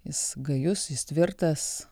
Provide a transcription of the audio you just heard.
jis gajus jis tvirtas